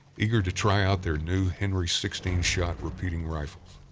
eager to try out their new henry sixteen shot repeating rifles.